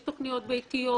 יש תוכניות ביתיות,